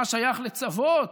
מה שייך לצוות?